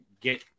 get